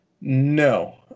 No